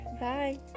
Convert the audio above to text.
Bye